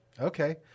Okay